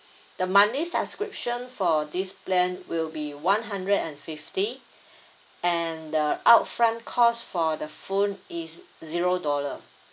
the monthly subscription for this plan will be one hundred and fifty and the upfront cost for the phone is zero dollar